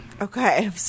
Okay